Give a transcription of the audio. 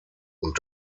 und